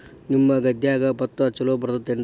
ನಿಮ್ಮ ಗದ್ಯಾಗ ಭತ್ತ ಛಲೋ ಬರ್ತೇತೇನ್ರಿ?